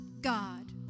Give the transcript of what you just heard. God